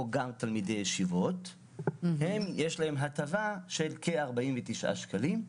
גם תלמידי ישיבות יש הנחה של כ-49 שקלים,